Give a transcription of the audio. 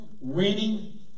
Winning